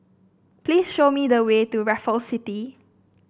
please show me the way to Raffles City